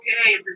okay